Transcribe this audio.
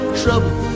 trouble